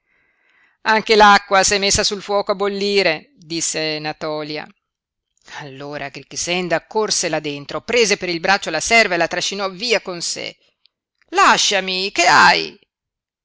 l'acqua se è messa sul fuoco a bollire disse natòlia allora grixenda corse là dentro prese per il braccio la serva e la trascinò via con sé lasciami che hai